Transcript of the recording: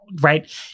right